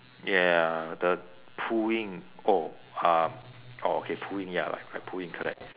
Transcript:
ya the pooing oh um oh okay pooing ya like like pooing correct